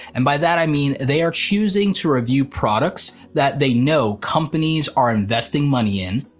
and by that i mean they are choosing to review products that they know companies are investing money in,